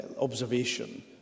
observation